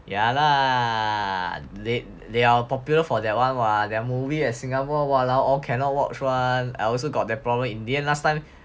ya lah they are popular for that [one] [what] their movie as Singapore !walao! cannot watch [one] I also got that problem in the end last time